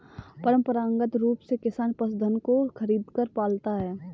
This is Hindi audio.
परंपरागत रूप से किसान पशुधन को खरीदकर पालता है